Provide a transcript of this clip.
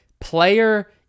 player